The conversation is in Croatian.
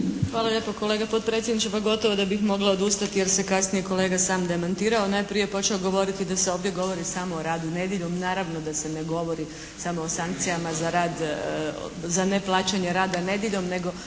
Hvala lijepa kolega potpredsjedniče. Pa gotovo da bih mogla odustati jer se kasnije kolega sam demantirao. Najprije je počeo govoriti da se ovdje govori samo o radu nedjeljom. Naravno da se ne govori samo o sankcijama za rad, za neplaćanje rada nedjeljom nego